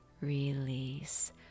release